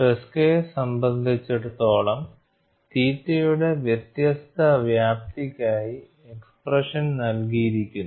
ട്രെസ്കയെ സംബന്ധിച്ചിടത്തോളം തീറ്റയുടെ വ്യത്യസ്ത വ്യാപ്തിക്കായി എക്സ്പ്രെഷൻ നൽകിയിരിക്കുന്നു